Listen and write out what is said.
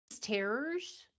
terrors